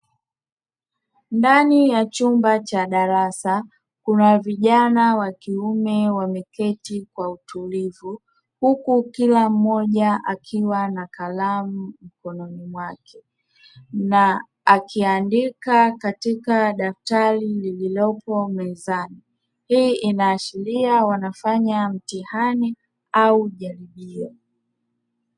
Ndani ya chumba cha darasa kuna vijana wa kiume wameketi kwa utulivu huku kila mmoja akiwa na kalamu mkononi mwake na akiandika katika daftari lililopo mezani, hii inaashiria wanafanya mtihani au jaribio.